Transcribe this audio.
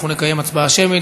אנחנו נקיים הצבעה שמית.